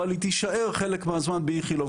אבל היא תישאר חלק מהזמן באיכילוב,